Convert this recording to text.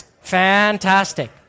fantastic